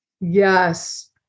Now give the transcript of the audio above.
Yes